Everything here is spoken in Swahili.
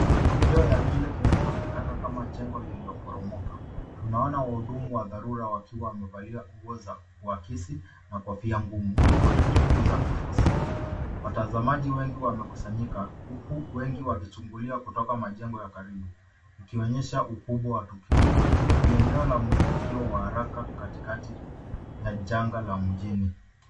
Ni matokeo ya kile kinachoonekana kama jengo lililoporomoka. Tunaona wahudumu wa dharura wakiwa wamevalia nguo za uakisi na kofia ngumu wakichunguza vifusi. Watazamaji wengi wamekusanyika, huku wengi wakichungulia kutoka majengo ya karibu, ukionyesha ukubwa wa tukio hili. Ni eneo la mwitikio wa haraka katikati ya janga la mjini.